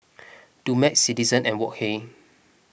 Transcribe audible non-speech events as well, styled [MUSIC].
[NOISE] Dumex Citizen and Wok Hey